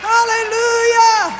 Hallelujah